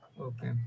Okay